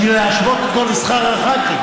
בשביל להשוות אותו לשכר הח"כים.